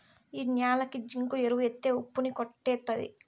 ఈ న్యాలకి జింకు ఎరువు ఎత్తే ఉప్పు ని కొట్టేత్తది